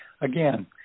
again